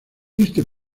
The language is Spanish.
este